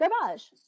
Garbage